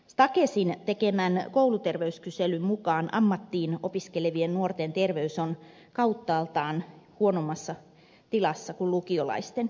stakesin tekemän kouluterveyskyselyn mukaan ammattiin opiskelevien nuorten terveys on kauttaaltaan huonommassa tilassa kuin vertailuryhmän lukiolaisten